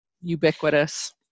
ubiquitous